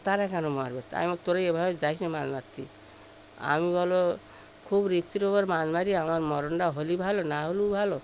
তারা কেন মারবে তোরা এ ভাবে যাস মাছ মারতে আমি বলি খুব রিস্কের উপর মাছ মারি আমার মরণটা হলেই ভালো না হলেও ভালো